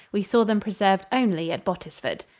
we saw them preserved only at bottisford.